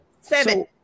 Seven